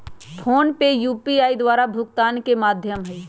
PhonePe UPI द्वारा भुगतान के माध्यम हइ